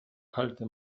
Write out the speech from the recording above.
kalte